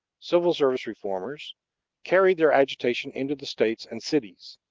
civil service reformers carried their agitation into the states and cities.